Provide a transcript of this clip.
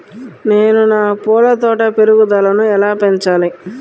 నేను నా పూల తోట పెరుగుదలను ఎలా పెంచాలి?